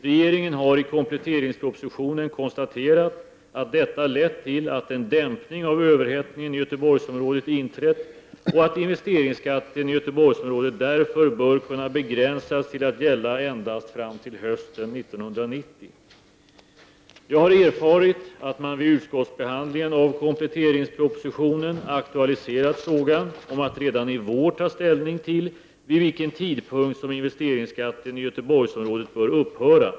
Regeringen har i kompletteringspropositionen konstaterat att detta lett till att en dämpning av överhettningen i Göteborgsområdet inträtt och att investeringsskatten i Göteborgsområdet därför bör kunna begränsas till att gälla endast fram till hösten 1990. Jag har erfarit att man vid utskottsbehandlingen av kompletteringspropositionen aktualiserat frågan om att redan i vår ta ställning till vid vilken tidpunkt investeringsskatten i Göteborgsområdet bör upphöra .